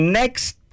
next